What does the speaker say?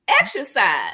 Exercise